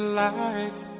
life